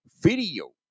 Video